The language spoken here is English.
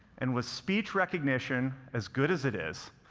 and with speech recognition as good as it is,